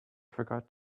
forgot